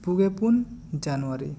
ᱯᱩᱜᱮ ᱯᱩᱱ ᱡᱟᱱᱣᱟᱨᱤ